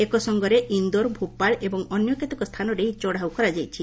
ଏକସଙ୍ଗରେ ଇନ୍ଦୋର୍ ଭୋପାଳ ଏବଂ ଅନ୍ୟ କେତକ ସ୍ଥାନରେ ଏହି ଚଢ଼ଉ କରାଯାଇଛି